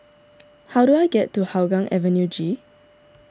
how do I get to Hougang Avenue G